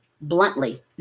bluntly